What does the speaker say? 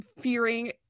fearing